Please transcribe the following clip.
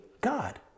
God